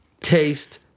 taste